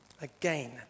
Again